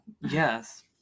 yes